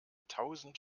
tausend